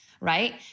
right